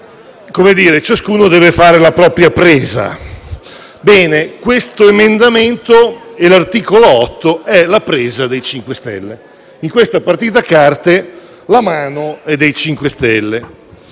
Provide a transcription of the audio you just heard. solo e ciascuno deve fare la propria presa. Questo emendamento, come l'articolo 8, è la presa dei 5 Stelle: in questa partita a carte la mano è dei 5 Stelle,